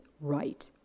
right